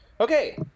Okay